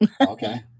Okay